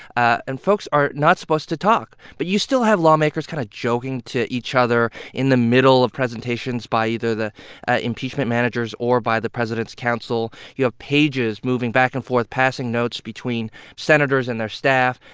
ah and folks are not supposed to talk. but you still have lawmakers kind of joking to each other in the middle of presentations by either the impeachment managers or by the president's counsel. you have pages moving back and forth, passing notes between senators and their staff.